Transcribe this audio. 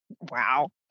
Wow